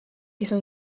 izan